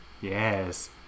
Yes